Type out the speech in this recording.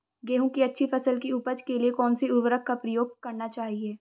गेहूँ की अच्छी फसल की उपज के लिए कौनसी उर्वरक का प्रयोग करना चाहिए?